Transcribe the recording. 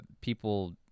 people